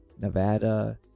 Nevada